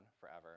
forever